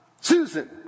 Susan